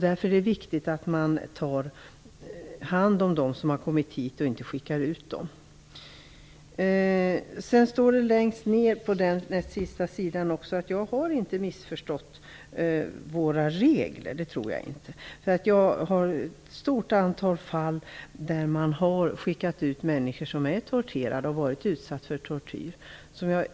Därför är det viktigt att ta hand om dem som har kommit hit och inte skickar tillbaka dem. Jag tror inte att jag har missförstått reglerna. Jag vet ett stort antal fall där människor som har varit utsatta för tortyr har skickats tillbaka.